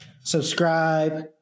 subscribe